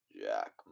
Jack